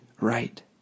right